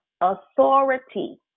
authority